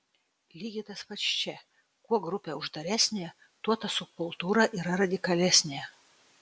lygiai tas pats čia kuo grupė uždaresnė tuo ta subkultūra yra radikalesnė